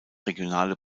regionale